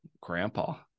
grandpa